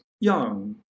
young